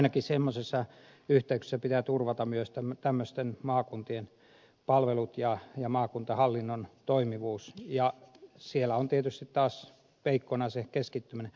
ainakin semmoisissa yhteyksissä pitää turvata myös tämmöisten maakuntien palvelut ja maakuntahallinnon toimivuus ja siellä on tietysti taas peikkona se keskittyminen